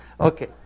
Okay